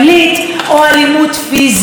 מעונות לגברים מכים,